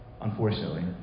Unfortunately